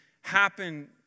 happen